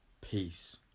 peace